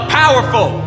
powerful